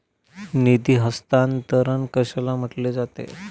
निधी हस्तांतरण कशाला म्हटले जाते?